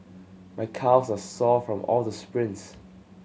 my calves are sore from all the sprints